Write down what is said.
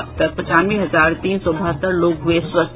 अब तक पंचानवे हजार तीन सौ बहत्तर लोग हुये स्वस्थ